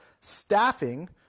staffing